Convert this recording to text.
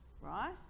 right